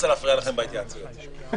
להפסקה עד שיהיה לכם רוב.